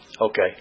Okay